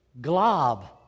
glob